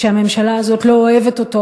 שהממשלה הזאת לא אוהבת אותו,